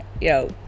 Yo